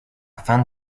fin